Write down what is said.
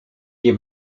nie